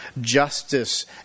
justice